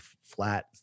flat